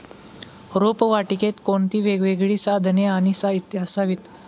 रोपवाटिकेत कोणती वेगवेगळी साधने आणि साहित्य असावीत?